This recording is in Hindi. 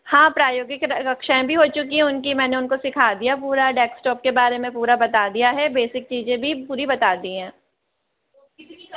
हाँ प्रायोगिक कक्षाऐं भी हो चुकी है उनकी मैंने उनको सिखा दिया पूरा डेस्कटॉप के बारे में पूरा बता दिया है बेसिक चीज़ें भी पूरी बता दी हैं